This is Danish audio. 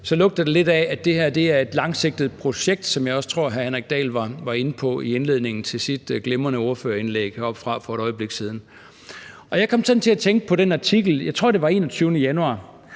lugter det lidt af, at det her er et langsigtet projekt, som jeg også tror hr. Henrik Dahl var inde på i indledningen til sit glimrende ordførerindlæg heroppefra for et øjeblik siden. Jeg kom sådan til at tænke på den artikel, jeg tror, den var fra den 21. januar,